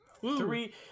Three